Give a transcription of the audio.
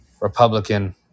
Republican